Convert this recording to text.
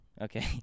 okay